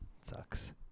Sucks